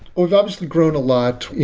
we've obviously grown a lot.